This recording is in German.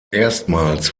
erstmals